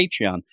Patreon